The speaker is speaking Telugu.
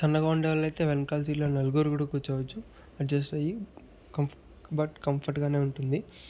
సన్నగా ఉండే వాళ్లయితే వెనకాల సీట్ లోనలుగురు కూడా కూర్చోవచ్చు అడ్జస్ట్ అయ్యి కంఫర్ట్ బట్ కంఫర్ట్ గానే ఉంటుంది